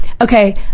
okay